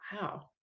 Wow